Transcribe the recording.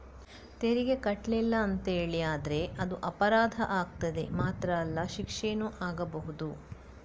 ತೆರಿಗೆ ಕಟ್ಲಿಲ್ಲ ಅಂತೇಳಿ ಆದ್ರೆ ಅದು ಅಪರಾಧ ಆಗ್ತದೆ ಮಾತ್ರ ಅಲ್ಲ ಶಿಕ್ಷೆನೂ ಆಗ್ಬಹುದು